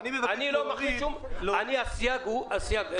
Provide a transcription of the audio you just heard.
אני לא רוצה להוסיף עוד סייג.